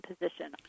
position